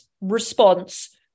response